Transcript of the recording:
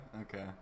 Okay